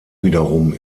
wiederum